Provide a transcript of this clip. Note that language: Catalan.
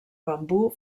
bambú